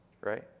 right